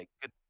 good